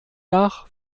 nach